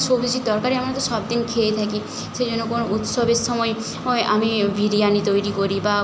সবজির তরকারি আমরা তো সব দিন খেয়ে থাকি সেই জন্য কোনো উৎসবের সময় অয় আমি বিরিয়ানি তৈরি করি বা